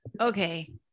Okay